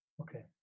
Okay